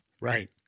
Right